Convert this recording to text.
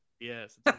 Yes